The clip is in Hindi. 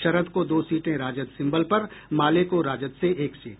शरद को दो सीटें राजद सिंबल पर माले को राजद से एक सीट